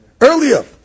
earlier